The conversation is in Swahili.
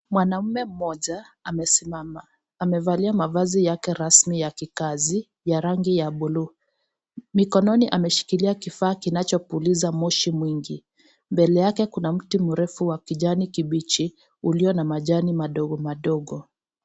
Mwanaume mmoja amesimama. Amevalia mavazi yake rasmi ya kikazi ya rangi ya buluu. Mikononi ameshikilia kifaa kinachopuliza moshi mwingi. Mbele yake, kuna mti mrefu wa kijani kibichi ulio na majani madogo madogo.